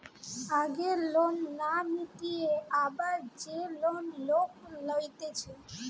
আগের লোন না মিটিয়ে আবার যে লোন লোক লইতেছে